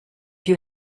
you